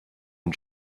and